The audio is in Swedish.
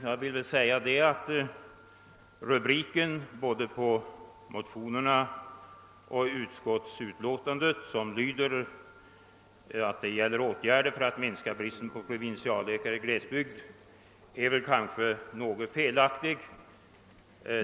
Jag vill först säga att rubriken på motionerna och på utskottsutlåtandet, »åtgärder för att minska bristen på provinsialläkare i glesbygd» nog kan sägas vara en smula felaktig.